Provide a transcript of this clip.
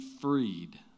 freed